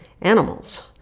animals